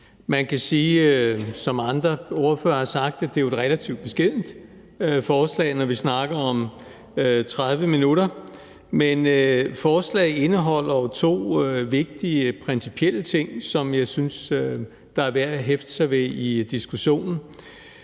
Man kan sige, som andre ordførere har sagt det, at det jo er et relativt beskedent forslag, når vi snakker om 30 minutter, men forslaget indeholder jo to vigtige principielle ting, som jeg synes det er værd at hæfte sig ved i diskussionen.